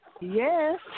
Yes